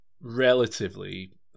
relatively